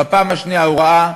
בפעם השנייה הוא ראה,